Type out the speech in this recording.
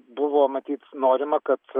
buvo matyt norima kad